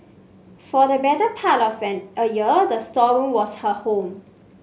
for the better part of an a year the storeroom was her home